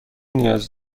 نیاز